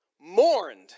Mourned